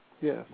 Yes